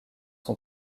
son